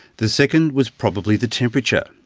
the second was probably the temperature.